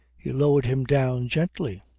he lowered him down gently.